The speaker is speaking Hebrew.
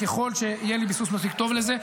ככל שיהיה לי ביסוס מספיק טוב לזה.